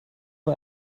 war